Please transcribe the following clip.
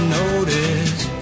notice